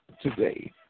today